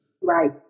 Right